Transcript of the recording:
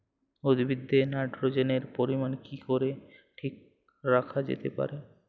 উদ্ভিদে নাইট্রোজেনের পরিমাণ কি করে ঠিক রাখা যেতে পারে?